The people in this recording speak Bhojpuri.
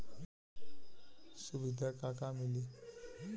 सुविधा का का मिली?